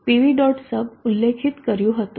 sub ઉલ્લેખિત કર્યું હતું